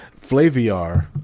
Flaviar